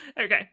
Okay